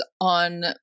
on